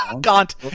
Gaunt